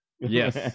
Yes